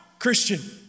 Christian